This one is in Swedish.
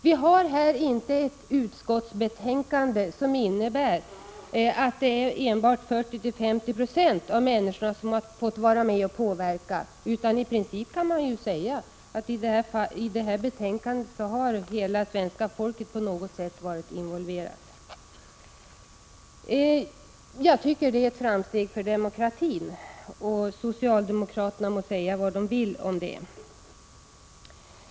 Vad gäller detta utskottsbetänkande har inte enbart 40-50 26 av människorna fått utöva påverkan. I princip kan man säga att hela svenska folket på något sätt har varit involverat i utarbetandet av detta betänkande. Jag tycker att det är ett framsteg för demokratin; socialdemokraterna må säga vad de vill om det.